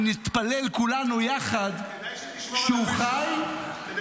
ונתפלל כולנו יחד שהוא חי --- כדאי שתשמור על הפה שלך,